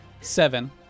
Seven